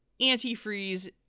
antifreeze